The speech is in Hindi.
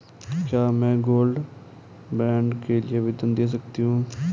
क्या मैं गोल्ड बॉन्ड के लिए आवेदन दे सकती हूँ?